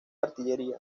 artillería